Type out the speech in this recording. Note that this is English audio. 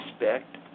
respect